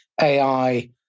AI